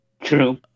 True